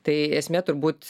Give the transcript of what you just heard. tai esmė turbūt